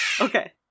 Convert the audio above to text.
Okay